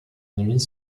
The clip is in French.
nuit